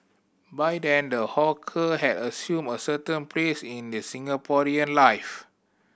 by then the hawker had assumed a certain place in the Singaporean life